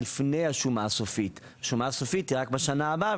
לפני השומה הסופית; השומה הסופית היא רק בשנה הבאה,